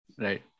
Right